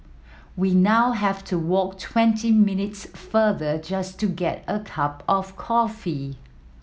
we now have to walk twenty minutes further just to get a cup of coffee